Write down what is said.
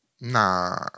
Nah